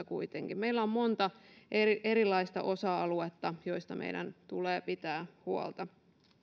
kuitenkin meillä on monta erilaista osa aluetta joista meidän tulee pitää huolta